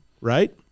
right